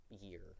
year